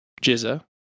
Jizza